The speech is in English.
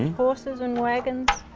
horses and wagons,